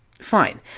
fine